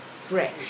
fresh